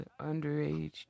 underage